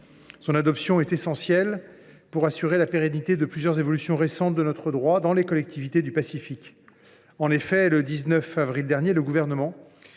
Son adoption est essentielle pour assurer la pérennité de plusieurs évolutions récentes de notre droit dans les collectivités du Pacifique. En effet, le 19 avril dernier, le Gouvernement